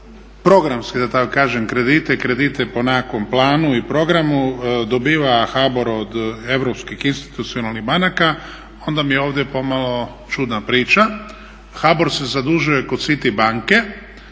HBOR se zadužuje kod Citibanke,